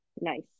Nice